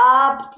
up